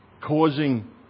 causing